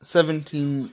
Seventeen